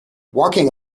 walking